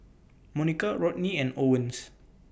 Monica Rodney and Owens